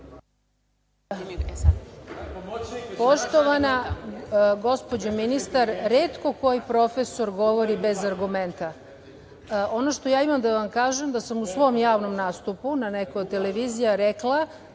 Poštovana gospođo ministar, retko koji profesor govori bez argumenta. Ono što ja imam da vam kažem da sam u svom javnom nastupu, na nekoj od televizija rekla